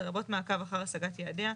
לרבות מעקב אחר השגת יעדיה.